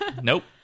Nope